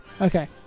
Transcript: Okay